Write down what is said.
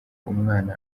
umwana